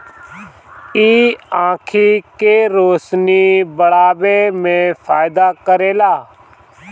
इ आंखी के रोशनी बढ़ावे में फायदा करेला